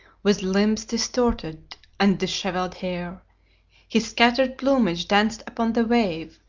with limbs distorted and dishevelled hair his scattered plumage danced upon the wave,